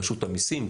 רשות המיסים,